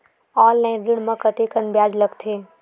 Online ऋण म कतेकन ब्याज लगथे?